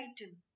item